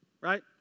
Right